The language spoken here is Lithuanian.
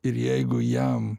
ir jeigu jam